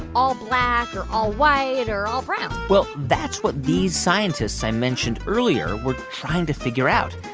all black or all white or all brown? well, that's what these scientists i mentioned earlier were trying to figure out.